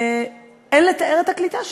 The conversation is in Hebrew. ואין לתאר את הקליטה שלהם,